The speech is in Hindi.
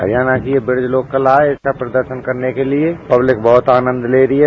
हरियाणा की यह ब्रिज लोककला है इसका प्रदर्शन करने के लिए पब्लिक बहुत आनन्द ले रही है